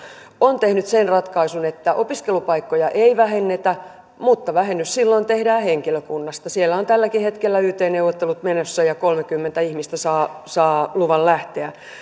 on tehnyt sen ratkaisun että opiskelupaikkoja ei vähennetä mutta vähennys tehdään silloin henkilökunnasta ja siellä on tälläkin hetkellä yt neuvottelut menossa ja kolmekymmentä ihmistä saa saa luvan lähteä